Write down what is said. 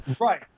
Right